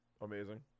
Amazing